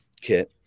kit